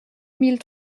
mille